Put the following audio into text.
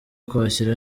kwakira